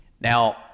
Now